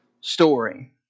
story